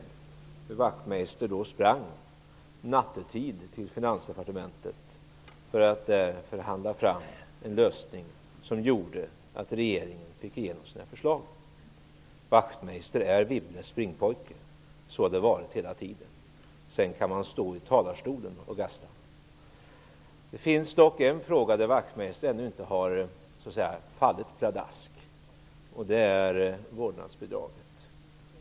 Då sprang Wachtmeister nattetid till Finansdepartementet för att förhandla fram en lösning, som gjorde att regeringen fick igenom sina förslag. Wachtmeister är Wibbles springpojke. Så har det varit hela tiden. Sedan kan han stå i talarstolen och gasta. Det finns dock en fråga där Wachtmeister ännu inte har fallit pladask. Det är frågan om vårdnadsbidraget.